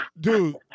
dude